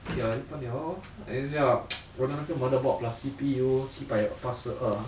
ya 一半 liao lor at least ah 我的那个 motherboard plus C_P_U 七百八十二